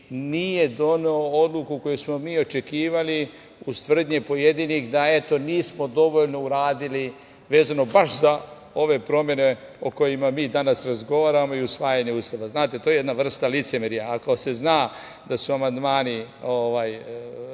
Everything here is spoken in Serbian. nije doneo odluku koju smo mi očekivali, uz tvrdnje pojedinih da, eto, nismo dovoljno uradili vezano baš za ove promene o kojima mi danas razgovaramo i usvajanje Ustava. Znate, to je jedna vrsta licemerja. Ako se zna da su amandmani na